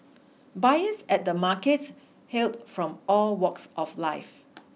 buyers at the markets hailed from all walks of life